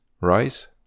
rice